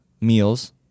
meals